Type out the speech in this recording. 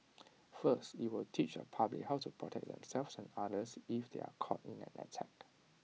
first IT will teach the public how to protect themselves and others if they are caught up in an attack